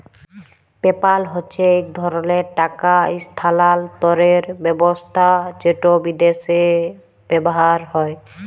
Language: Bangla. পেপ্যাল হছে ইক ধরলের টাকা ইসথালালতরের ব্যাবস্থা যেট বিদ্যাশে ব্যাভার হয়